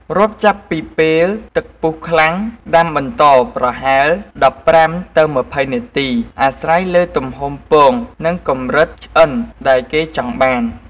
រាប់ចាប់ពីពេលទឹកពុះខ្លាំង ដាំបន្តប្រហែល ១៥ ទៅ ២០ នាទីអាស្រ័យលើទំហំពង និងកម្រិតឆ្អិនដែលគេចង់បាន។